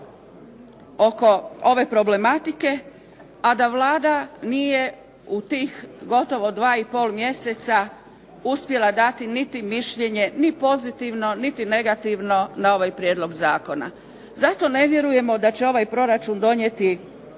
oko ove problematike, a da Vlada nije u tih gotovo 2 i pol mjeseca uspjela dati niti mišljenje, ni pozitivno niti negativno, na ovaj prijedlog zakona. Zato ne vjerujemo da će ovaj rebalans proračuna donijeti